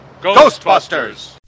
Ghostbusters